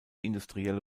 industrielle